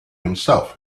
himself